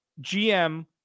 GM